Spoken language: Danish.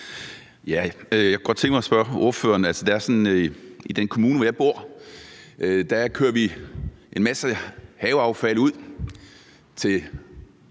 Jeg kunne godt tænke mig at spørge ordføreren om noget. Det er sådan i den kommune, hvor jeg bor, at vi kører en masse haveaffald ud til